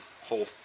whole